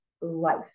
life